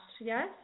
yes